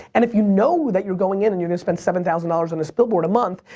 and if you know that you're going in and you're gonna spend seven thousand dollars on this billboard a month,